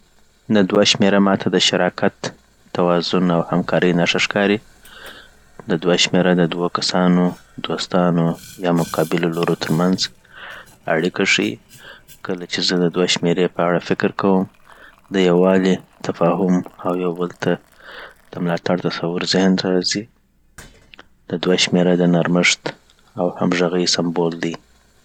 د دوه شمېره ما ته د شراکت، توازن او همکارۍ نښه ښکاري د دوه شمېره د دوه کسانو، دوستانو یا د مقابلو لورو ترمنځ اړیکه ښيي کله چې زه د دوه شمیرې په اړه فکر کوم د یووالي، تفاهم او یو بل ته د ملاتړ تصور ذهن ته راځي .د دوه شمېره د نرمښت او همغږۍ سمبول دی